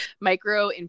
micro